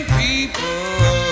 people